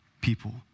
people